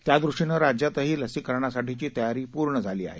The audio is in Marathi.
त्यादृष्टीनं राज्यातही लसीकरणासाठीची तयारी पूर्ण झाली आहे